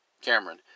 Cameron